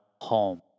home